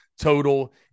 total